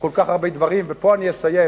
כל כך הרבה דברים, ופה אני אסיים,